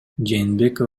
жээнбеков